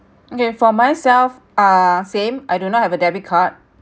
okay for myself ah same I do not have a debit card